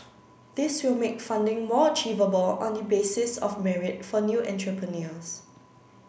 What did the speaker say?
this will make funding more achievable on the basis of merit for new entrepreneurs